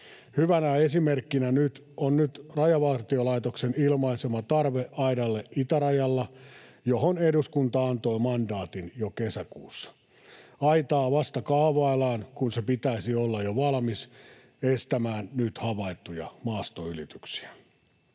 Hyvänä esimerkkinä on nyt itärajalla Rajavartiolaitoksen ilmaisema tarve aidalle, johon eduskunta antoi mandaatin jo kesäkuussa. Aitaa vasta kaavaillaan, kun sen pitäisi olla jo valmis estämään nyt havaittuja maastoylityksiä.